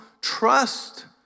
Trust